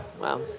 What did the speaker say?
wow